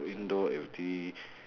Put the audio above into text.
window